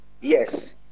yes